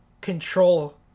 control